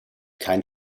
kein